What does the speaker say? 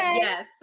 yes